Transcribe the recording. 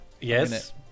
yes